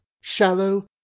shallow